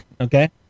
okay